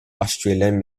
austrian